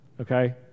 Okay